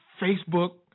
Facebook